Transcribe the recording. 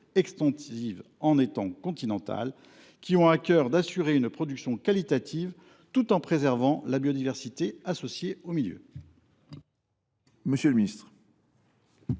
extensive en étang continental, qui ont à cœur d’assurer une production qualitative tout en préservant la biodiversité associée aux milieux